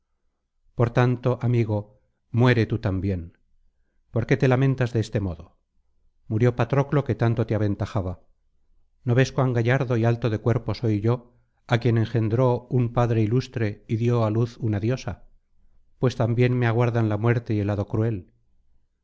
por tanto amigo muere tú también por qué te lamentas de este modo murió patroclo que tanto te aventajaba no ves cuan gallardo y alto de cuerpo soy yo á quien engendró un padre ilustre y dio á luz una diosa pues también me aguardan la muerte y el hado cruel